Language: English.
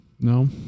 no